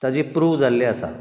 ताची प्रूव जाल्ली आसा